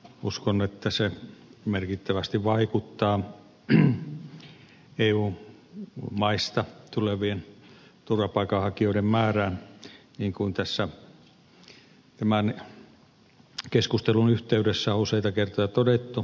uskon että se merkittävästi vaikuttaa eu maista tulevien turvapaikanhakijoiden määrään niin kuin tässä tämän keskustelun yh teydessä on useita kertoja todettu